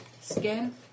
skin